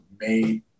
made